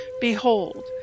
Behold